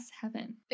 heaven